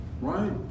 right